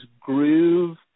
groove